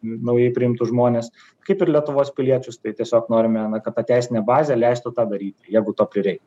naujai priimtus žmones kaip ir lietuvos piliečius tai tiesiog norime na kad ta teisinė bazė leistų tą daryti jeigu to prireiktų